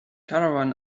caravan